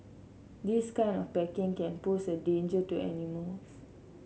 this kind of packing can pose a danger to animals